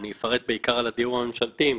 אני אפרט בעיקר לגבי הדיור הממשלתי ואם